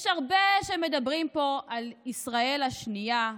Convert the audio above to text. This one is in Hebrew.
יש הרבה שמדברים פה על ישראל השנייה,